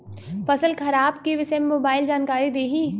फसल खराब के विषय में मोबाइल जानकारी देही